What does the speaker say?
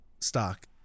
stock